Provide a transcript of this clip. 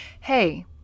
hey